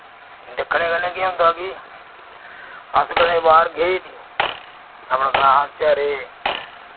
दिक्खने कन्नै केह् होंदा कि अस कदै बाह्र गे नि अपने ग्रां च रेह्